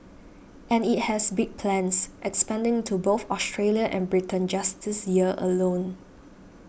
and it has big plans expanding to both Australia and Britain just this year alone